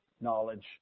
Knowledge